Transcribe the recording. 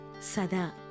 Sada